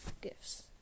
gifts